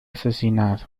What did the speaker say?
asesinado